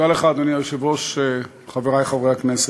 אדוני היושב-ראש, תודה רבה לך, חברי חברי הכנסת,